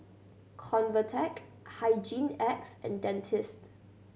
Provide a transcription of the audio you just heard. Convatec Hygin X and Dentiste